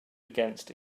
against